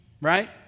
Right